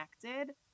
connected